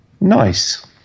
nice